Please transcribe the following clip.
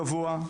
גבוה,